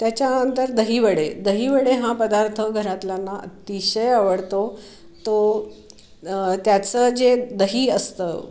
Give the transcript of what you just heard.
त्याच्यानंतर दही वडे दही वडे हा पदार्थ घरातल्यांना अतिशय आवडतो तो त्याचं जे दही असतं